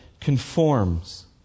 conforms